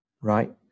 right